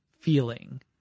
feeling